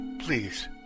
please